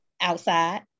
outside